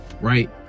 right